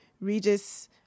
regis